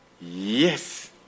yes